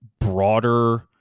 broader